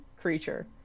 creature